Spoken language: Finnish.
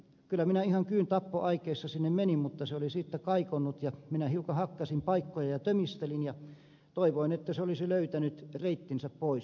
kyllä minä ihan kyyntappoaikeissa sinne menin mutta se oli sitten kaikonnut ja minä hiukan hakkasin paikkoja ja tömistelin ja toivoin että se olisi löytänyt reittinsä pois